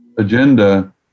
agenda